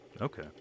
Okay